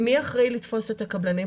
מי אחראי לתפוס את הקבלנים?